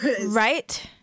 Right